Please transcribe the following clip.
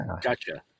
Gotcha